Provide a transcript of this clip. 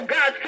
God